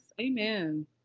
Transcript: amen